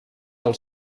del